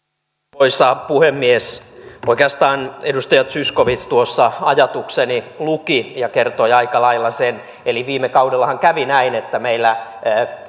arvoisa puhemies oikeastaan edustaja zyskowicz tuossa ajatukseni luki ja kertoi aika lailla sen eli viime kaudellahan kävi näin että meillä